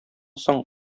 соң